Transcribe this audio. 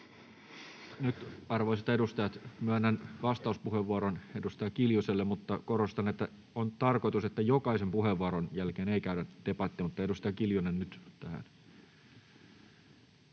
arvoisat edustajat, myönnän vastauspuheenvuoron edustaja Kiljuselle, mutta korostan, että on tarkoitus, että jokaisen puheenvuoron jälkeen ei käydä debattia. — Mutta edustaja Kiljunen nyt tähän.